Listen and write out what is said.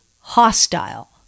hostile